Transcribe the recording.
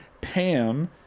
Pam